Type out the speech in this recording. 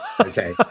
Okay